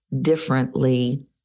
differently